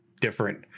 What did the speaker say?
different